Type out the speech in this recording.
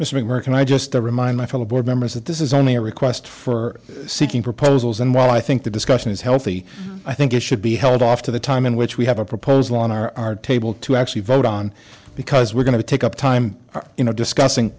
missing work and i just to remind my fellow board members that this is only a request for seeking proposals and while i think the discussion is healthy i think it should be held off to the time in which we have a proposal on our table to actually vote on because we're going to take up time you know discussing